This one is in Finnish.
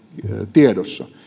tiedossa